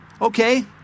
Okay